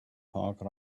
park